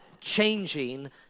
changing